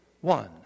one